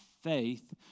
faith